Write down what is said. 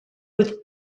with